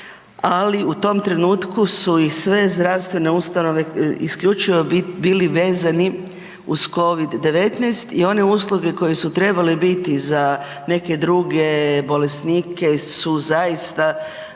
ali u tom trenutku su i sve zdravstvene ustanove isključivo bili vezani uz Covid-19 i one usluge koje su trebale biti za neke druge bolesnike su zaista